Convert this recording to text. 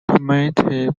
cemetery